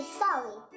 sorry